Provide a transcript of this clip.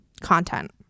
content